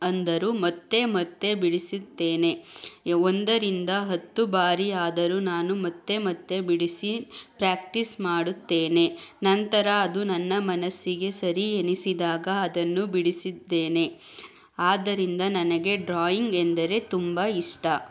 ಅಂದರೂ ಮತ್ತೆ ಮತ್ತೆ ಬಿಡಿಸುತ್ತೇನೆ ಎ ಒಂದರಿಂದ ಹತ್ತು ಬಾರಿ ಆದರೂ ನಾನು ಮತ್ತೆ ಮತ್ತೆ ಬಿಡಿಸಿ ಪ್ರ್ಯಾಕ್ಟಿಸ್ ಮಾಡುತ್ತೇನೆ ನಂತರ ಅದು ನನ್ನ ಮನಸ್ಸಿಗೆ ಸರಿ ಎನಿಸಿದಾಗ ಅದನ್ನು ಬಿಡಿಸಿದ್ದೇನೆ ಆದ್ದರಿಂದ ನನಗೆ ಡ್ರಾಯಿಂಗ್ ಎಂದರೆ ತುಂಬ ಇಷ್ಟ